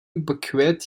überquert